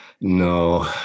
No